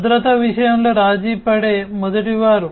భద్రత విషయంలో రాజీపడే మొదటి వారు